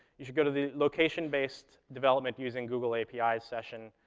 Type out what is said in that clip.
you should go to the location-based development using google apis session,